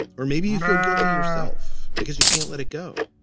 or maybe you feel guilty yourself because you can't let it go